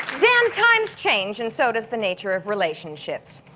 dan, times change and so does the nature of relationships.